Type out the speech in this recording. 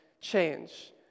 change